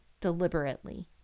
deliberately